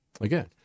Again